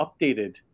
updated